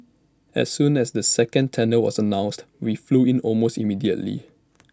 as soon as the second tender was announced we flew in almost immediately